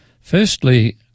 Firstly